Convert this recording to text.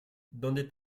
donde